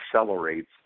accelerates –